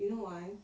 you know why